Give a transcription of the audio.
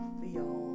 feel